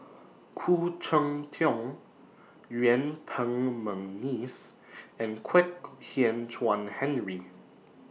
Khoo Cheng Tiong Yuen Peng Mcneice and Kwek Hian Chuan Henry